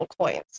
coins